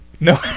No